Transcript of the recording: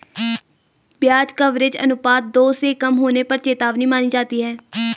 ब्याज कवरेज अनुपात दो से कम होने पर चेतावनी मानी जाती है